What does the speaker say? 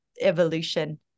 evolution